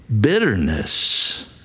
bitterness